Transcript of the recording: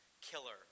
killer